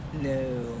No